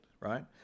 right